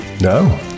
No